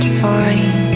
fine